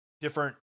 different